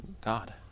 God